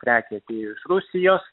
prekė atėjo iš rusijos